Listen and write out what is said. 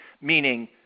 meaning